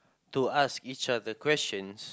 to ask each other questions